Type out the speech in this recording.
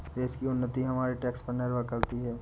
देश की उन्नति हमारे टैक्स देने पर निर्भर करती है